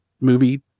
movie